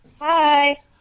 Hi